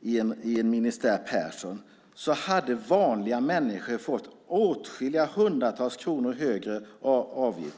i en ministär Persson, hade vanliga människor fått åtskilliga hundratals kronor högre avgift.